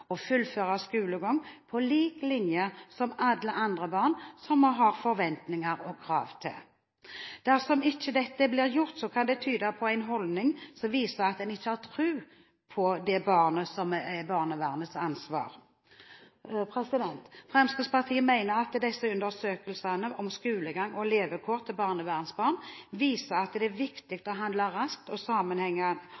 og fullføre skolegang på lik linje med alle andre barn som vi har forventninger til og stiller krav til. Dersom dette ikke blir gjort, kan det tyde på en holdning som viser at en ikke har tro på det barnet som er barnevernets ansvar. Fremskrittspartiet mener at undersøkelsene om skolegang og levekår til barnevernsbarn viser at det er viktig